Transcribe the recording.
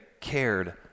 cared